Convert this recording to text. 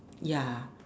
ya